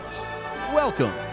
welcome